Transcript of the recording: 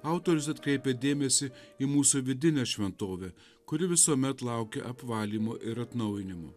autorius atkreipia dėmesį į mūsų vidinę šventovę kuri visuomet laukia apvalymo ir atnaujinimo